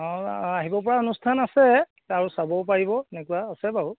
অঁ আহিব পৰা অনুষ্ঠান আছে আৰু চাবও পাৰিব এনেকুৱা আছে বাৰু